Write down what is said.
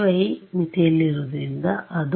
Ey ಮಿತಿಯಲ್ಲಿರುವುದರಿಂದ ಅದು